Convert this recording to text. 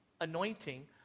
anointing